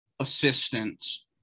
assistance